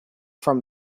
from